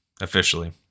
officially